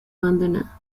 abandonada